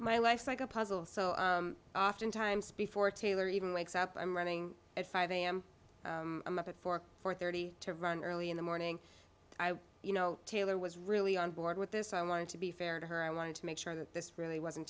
my life's like a puzzle so oftentimes before taylor even wakes up i'm running at five am i'm up at four four thirty to run early in the morning you know taylor was really on board with this i wanted to be fair to her i wanted to make sure that this really wasn't